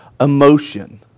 emotion